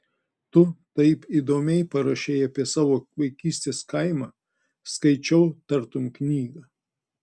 tu taip įdomiai parašei apie savo vaikystės kaimą skaičiau tartum knygą